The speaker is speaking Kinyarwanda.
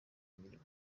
imirimo